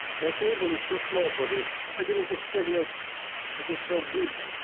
my table is too small for this. i didn't expect that it is so big.